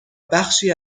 بخشی